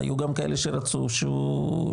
היו כאלה שרצו שהוא...